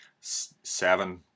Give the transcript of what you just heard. Seven